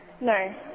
No